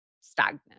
Stagnant